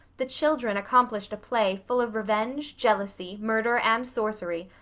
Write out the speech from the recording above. the children accomplished a play full of revenge, jealousy, murder, and sorcery,